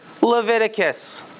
Leviticus